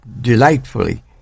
Delightfully